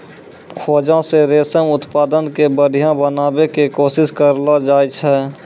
खोजो से रेशम उत्पादन के बढ़िया बनाबै के कोशिश करलो जाय छै